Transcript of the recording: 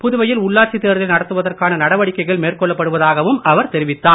புதுவையில் உள்ளாட்சித் தேர்தலை நடத்துவதற்கான நடவடிக்கைகள் மேற்கொள்ளப் படுவதாகவும் அவர் தெரிவித்தார்